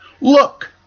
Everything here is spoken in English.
Look